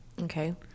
Okay